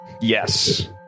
Yes